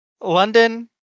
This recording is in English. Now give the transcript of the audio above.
London